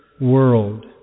world